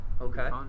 Okay